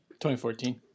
2014